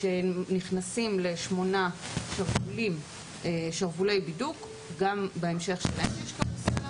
שנכנסים לשמונה שרוולי בידוק וגם בהמשכם יש קרוסלה,